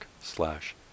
slash